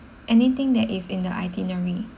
anything that is in the itinerary